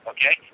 Okay